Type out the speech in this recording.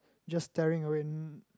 just staring